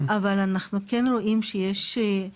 אתם הראשונים שיש לכם